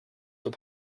were